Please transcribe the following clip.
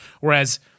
Whereas-